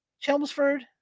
Chelmsford